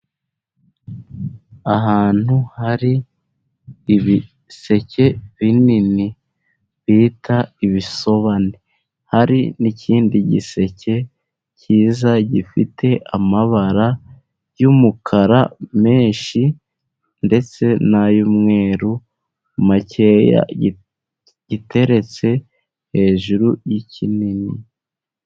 Ahantu hari ibiseke binini bita ibisobane, hari n'ikindi giseke cyiza gifite amabara y'umukara menshi, ndetse n'ay'umweru makeya, giteretse hejuru y'ikinini.